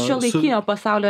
šiuolaikinio pasaulio